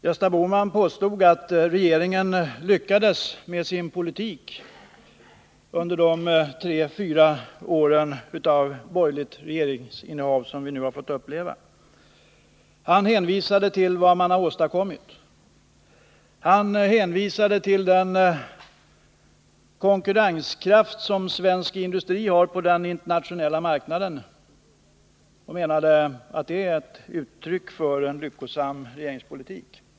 Gösta Bohman påstod att regeringen lyckades med sin politik under de tre fyra år av borgerligt regeringsinnehav som vi nu har fått uppleva. Han hänvisade till vad man har åstadkommit. Han hänvisade till den konkurrenskraft som svensk industri har på den internationella marknaden och menade att det är ett uttryck för en lyckosam regeringspolitik.